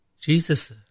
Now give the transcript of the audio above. Jesus